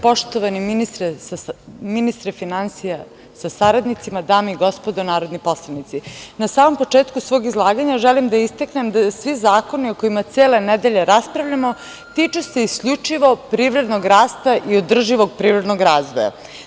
Poštovani ministre finansija sa saradnicima, dame i gospodo narodni poslanici, na samom početku svog izlaganja želim da istaknem da svi zakoni, o kojima cele nedelje raspravljamo, tiču se isključivo privrednog rasta i održivog privrednog razvoja.